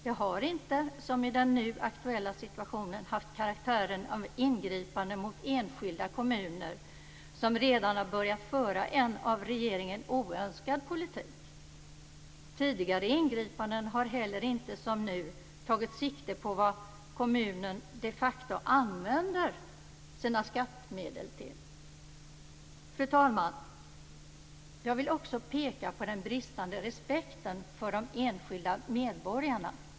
De har inte, som i den nu aktuella situationen, haft karaktären av ingripande mot enskilda kommuner som redan har börjat föra en av regeringen oönskad politik. Tidigare ingripanden har heller inte som nu tagit sikte på vad kommunen de facto använder sina skattemedel till. Fru talman! Jag vill också peka på den bristande respekten för de enskilda medborgarna.